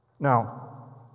Now